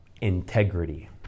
Integrity